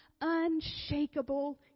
unshakable